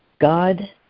God